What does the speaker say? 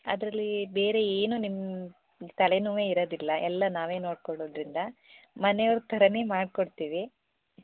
ಅದರಲ್ಲಿ ಬೇರೆ ಏನೂ ನಿಮ್ಮ ತಲೆನೋವೇ ಇರೋದಿಲ್ಲ ಎಲ್ಲ ನಾವೇ ನೋಡ್ಕೊಳೋದ್ರಿಂದ ಮನೆಯವರ ಥರಾನೇ ಮಾಡ್ಕೊಡ್ತೀವಿ